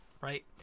right